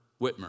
Whitmer